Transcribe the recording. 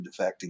defecting